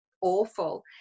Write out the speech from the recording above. awful